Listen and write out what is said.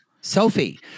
Sophie